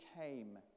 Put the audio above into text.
came